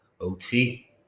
OT